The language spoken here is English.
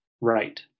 right